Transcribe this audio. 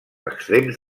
extrems